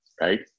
right